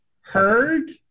heard